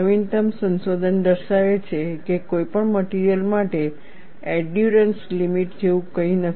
નવીનતમ સંશોધન દર્શાવે છે કે કોઈપણ મટિરિયલ માટે એંડયૂરન્સ લિમિટ જેવું કંઈ નથી